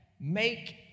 make